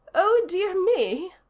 oh, dear me,